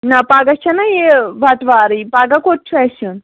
نَہ پَگاہ چھَنا یہِ بَٹوارٕے پگاہ کوٚت چھُ اَسہِ یُن